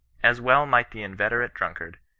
as well might the inveterate drunkard,